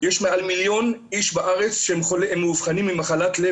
יש מעל מיליון איש בארץ שהם מאובחנים עם מחלת לב